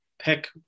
pick